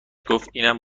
گفت، اینم